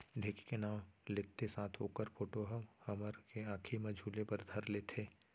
ढेंकी के नाव लेत्ते साथ ओकर फोटो ह हमन के आंखी म झूले बर घर लेथे